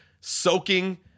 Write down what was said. soaking